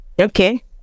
okay